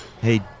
Hey